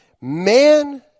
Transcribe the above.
man